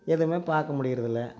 எதுவுமே பார்க்க முடிகிறது இல்லை